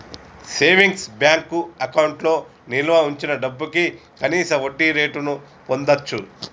savings bank అకౌంట్లో నిల్వ వుంచిన డబ్భుకి కనీస వడ్డీరేటును పొందచ్చు